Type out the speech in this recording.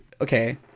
Okay